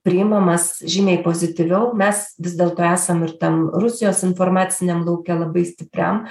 priimamas žymiai pozityviau mes vis dėlto esam ir tam rusijos informaciniam lauke labai stipriam